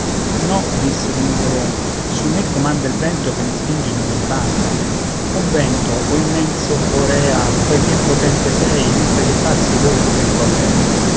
no disse il nugolon su me comanda il vento che mi spinge in ogni banda o vento o immenso borea poiché potente sei mentre che passi vola in grembo a lei